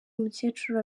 mukecuru